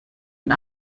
und